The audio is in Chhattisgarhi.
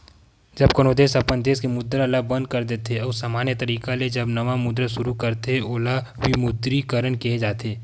जब कोनो देस अपन देस के मुद्रा ल बंद कर देथे अउ समान्य तरिका ले जब नवा मुद्रा सुरू करथे ओला विमुद्रीकरन केहे जाथे